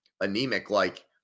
anemic-like –